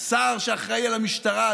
שר שאחראי למשטרה,